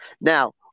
Now